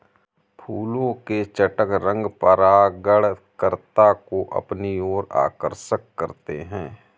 फूलों के चटक रंग परागणकर्ता को अपनी ओर आकर्षक करते हैं